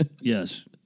yes